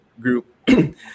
group